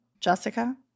Jessica